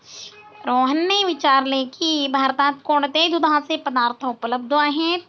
रोहनने विचारले की भारतात कोणते दुधाचे पदार्थ उपलब्ध आहेत?